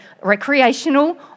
Recreational